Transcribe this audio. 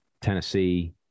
Tennessee